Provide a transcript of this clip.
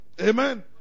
amen